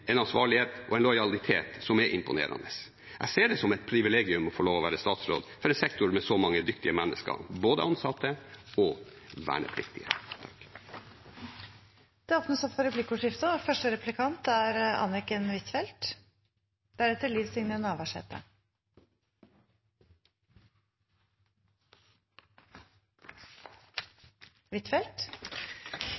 en ansvarlighet og en lojalitet som er imponerende. Jeg ser det som et privilegium å få lov å være statsråd for en sektor med så mange dyktige mennesker, både ansatte og vernepliktige.